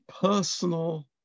personal